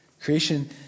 Creation